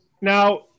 now